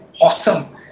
awesome